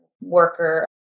worker